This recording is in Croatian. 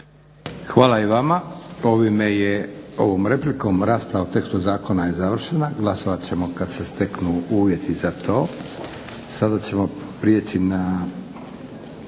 Hvala i vama. Ovim je, ovom replikom rasprava o tekstu zakona je završena. Glasovati ćemo kada se steknu uvjeti za to. Sada ćemo prijeći na